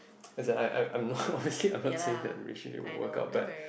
as I I I'm not okay I'm not saying that relationship would work out but